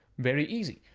very easy.